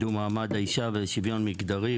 לוועדה לקידום מעמד האישה ולשוויון מגדרי.